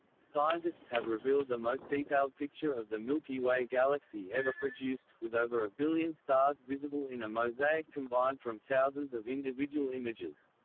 scientists have revealed the most detailed picture of the milky way galaxy ever produced, with over a billion stars visible in a mosaic combined from thousands of individual images.